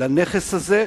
לנכס הזה,